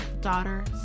daughter